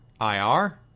IR